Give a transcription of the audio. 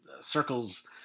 circles